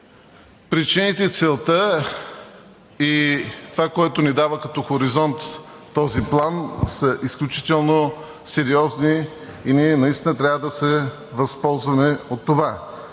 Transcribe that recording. Причините, целта и това, което ни дава като хоризонт този план, са изключително сериозни и ние наистина трябва да се възползваме от това.